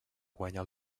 guanyar